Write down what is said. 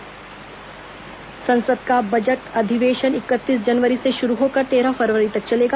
संसद बजट अधिवेशन संसद का बजट अधिवेशन इकतीस जनवरी से शुरू होकर तेरह फरवरी तक चलेगा